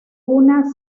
una